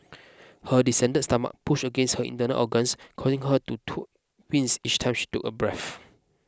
her distended stomach pushed against her internal organs causing her to to wince each time she took a breath